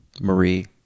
Marie